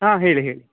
ಹಾಂ ಹೇಳಿ ಹೇಳಿ